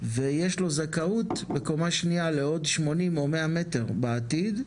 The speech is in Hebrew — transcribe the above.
ויש לו זכאות בקומה השנייה לעוד 80-100 מ"ר בעתיד,